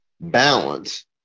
balance